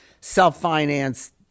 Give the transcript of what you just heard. self-financed